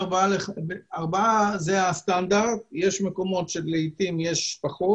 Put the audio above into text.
ארבעה, זה הסטנדרט, יש מקומות שלעתים זה פחות.